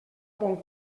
bon